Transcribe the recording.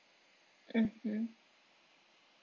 mmhmm